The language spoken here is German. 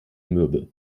mürbe